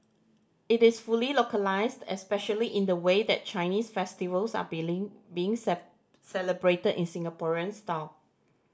it is fully localised especially in the way that Chinese festivals are being celebrated in Singaporean style